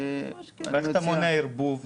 איך אתה מונע ערבוב?